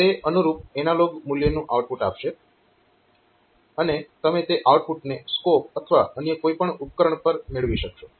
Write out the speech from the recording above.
તો તે અનુરૂપ એનાલોગ મૂલ્યનું આઉટપુટ આપશે અને તમે તે આઉટપુટને સ્કોપ અથવા અન્ય કોઈપણ ઉપકરણ પર મેળવી શકશો